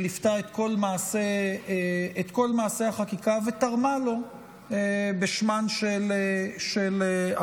שליוותה את כל מעשה החקיקה ותרמה לו בשמן של המשפחות.